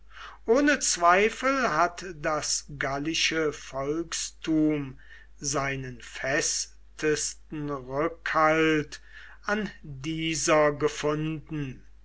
ohne zweifel hat das gallische volkstum seinen festesten rückhalt an dieser gefunden